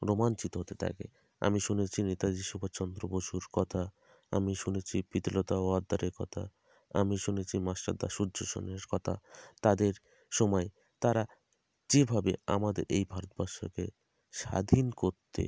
রোমাঞ্চিত হতে থাকে আমি শুনেছি নেতাজি সুভাষচন্দ্র বসুর কথা আমি শুনেছি প্রীতিলতা ওয়াদ্দেদারের কথা আমি শুনেছি মাস্টারদা সূর্য সেনের কথা তাদের সময়ে তারা যেভাবে আমাদের এই ভারতবর্ষকে স্বাধীন করতে